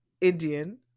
Indian